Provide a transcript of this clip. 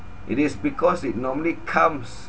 it is because it normally comes